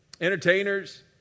entertainers